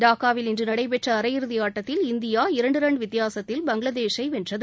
டாக்காவில் இன்று நடைபெற்ற அரையிறுதி ஆட்டத்தில் இந்தியா இரண்டு ரன் வித்தியாசத்தில் பங்களாதேஷை வென்றது